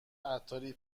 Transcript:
عطاری